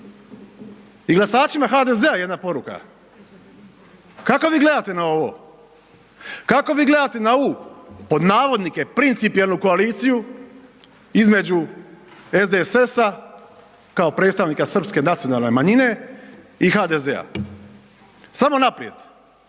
I glasačima HDZ-a jedna poruka, kako vi gledate na ovo, kako vi gledate na ovu „principijelnu koaliciju“ između SDSS-a kao predstavnika Srpske nacionalne manjine i HDZ-a? Samo naprijed.